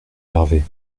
hervé